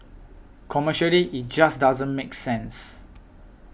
commercially it just doesn't make sense